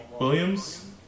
Williams